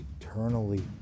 eternally